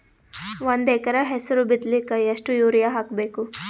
ಒಂದ್ ಎಕರ ಹೆಸರು ಬಿತ್ತಲಿಕ ಎಷ್ಟು ಯೂರಿಯ ಹಾಕಬೇಕು?